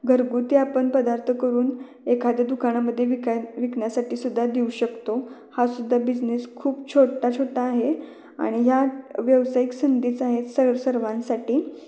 घरगुती आपण पदार्थ करून एखाद्या दुकानामध्ये विकाय विकण्यासाठी सुद्धा देऊ शकतो हा सुद्धा बिजनेस खूप छोटा छोटा आहे आणि ह्या व्यवसायिक संधीच आहेत स सर्वांसाठी